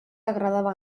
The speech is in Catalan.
agradava